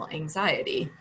anxiety